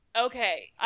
Okay